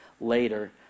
later